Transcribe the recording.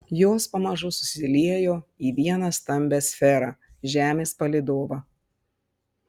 jos pamažu susiliejo į vieną stambią sferą žemės palydovą